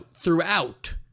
throughout